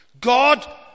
God